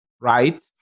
right